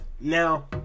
now